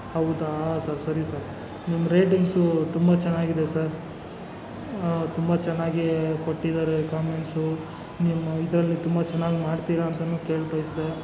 ಹೌದಾ ಸರ್ ಸರಿ ಸರ್ ನಿಮ್ಮ ರೇಟಿಂಗ್ಸು ತುಂಬ ಚೆನ್ನಾಗಿದೆ ಸರ್ ತುಂಬ ಚೆನ್ನಾಗಿ ಕೊಟ್ಟಿದ್ದಾರೆ ಕಾಮೆಂಟ್ಸು ನಿಮ್ಮ ಇದರಲ್ಲಿ ತುಂಬ ಚೆನ್ನಾಗಿ ಮಾಡ್ತೀರಾ ಅಂತಲೂ ಕೇಳ ಬಯ್ಸಿದೆ